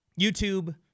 YouTube